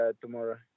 tomorrow